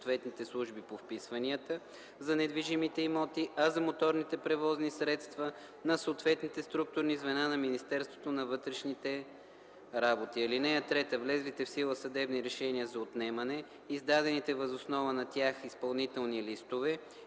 съответните служби по вписванията – за недвижимите имоти, а за моторните превозни средства – на съответните структурни звена на Министерството на вътрешните работи. (3) Влезлите в сила съдебни решения за отнемане, издадените въз основа на тях изпълнителни листове